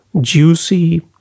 juicy